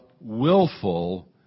willful